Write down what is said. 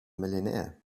millionaire